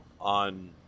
on –